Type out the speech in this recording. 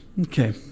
okay